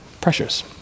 pressures